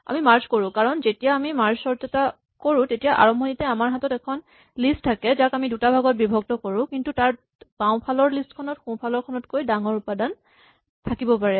আমি মাৰ্জ কৰো কাৰণ যেতিয়া আমি মাৰ্জ চৰ্ট এটা কৰো তেতিয়া আৰম্ভণিতে আমাৰ হাতত এখন লিষ্ট থাকে যাক আমি দুটা ভাগত বিভক্ত কৰো কিন্তু তাত বাওঁফালৰ লিষ্ট খনত সোঁফালৰ খনতকৈ ডাঙৰ উপাদান থাকিব পাৰে